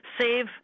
save